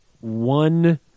one